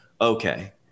okay